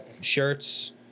shirts